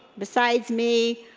besides me,